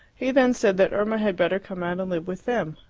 he then said that irma had better come out and live with them.